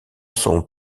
sont